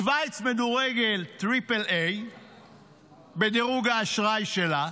שווייץ מדורגת Triple A בדירוג האשראי שלה,